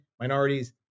minorities